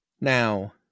Now